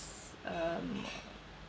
um